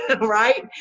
right